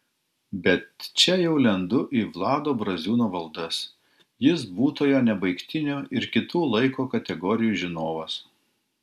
bet čia jau lendu į vlado braziūno valdas jis būtojo nebaigtinio ir kitų laiko kategorijų žinovas